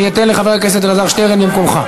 אני אתן לחבר הכנסת שטרן לדבר במקומך.